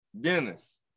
Dennis